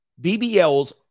BBLs